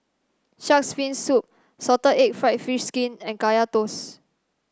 Shark's fin soup Salted Egg fried fish skin and Kaya Toast